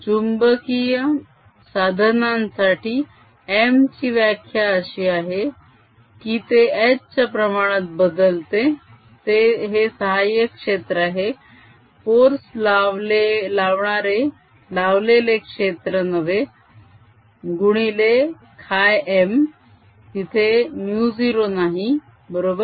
चुंबकीय साधनांसाठी m ची व्याख्या अशी आहे की ते H च्या प्रमाणात बदलते हे सहायक क्षेत्र आहे फोर्स लावणारे लावलेले क्षेत्र नव्हे गुणिले χm तिथे μ0 नाही बरोबर